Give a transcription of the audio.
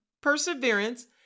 perseverance